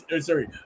Sorry